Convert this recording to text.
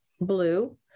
blue